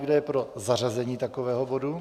Kdo je pro zařazení takového bodu?